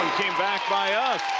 came back by us